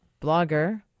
blogger